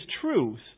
truth